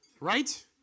Right